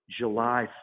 July